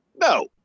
No